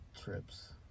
trips